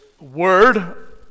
word